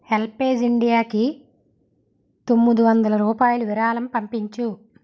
HelpAge ఇండియాకి తొమ్మిది వందల రూపాయలు విరాళం పంపించు